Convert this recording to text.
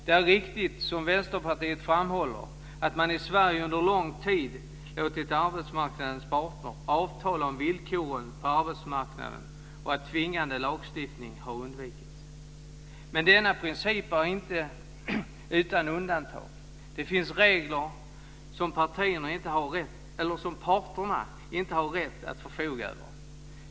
Det är riktigt, som Vänsterpartiet framhåller, att man i Sverige under lång tid låtit arbetsmarknadens parter avtala om villkoren på arbetsmarknaden och att tvingande lagstiftning har undvikits. Men denna princip är inte utan undantag. Det finns regler som parterna inte har rätt att förfoga över.